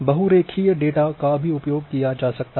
बहुरेखिय data का भी उपयोग किया जा सकता है